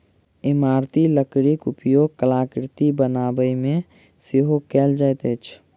इमारती लकड़ीक उपयोग कलाकृति बनाबयमे सेहो कयल जाइत अछि